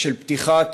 של פתיחת